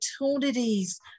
opportunities